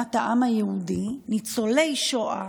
מדינת העם היהודי, ניצולי שואה,